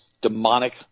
demonic